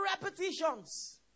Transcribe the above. repetitions